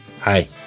Hi